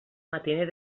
matiner